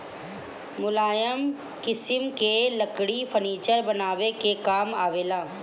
मुलायम किसिम के लकड़ी फर्नीचर बनावे के काम आवेला